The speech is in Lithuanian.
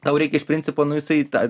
tau reikia iš principo nu jisai tą